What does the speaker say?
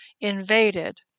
invaded